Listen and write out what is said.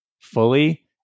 fully